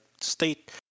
State